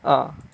ah